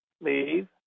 leave